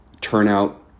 turnout